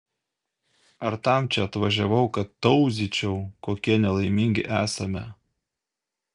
ar tam čia atvažiavau kad tauzyčiau kokie nelaimingi esame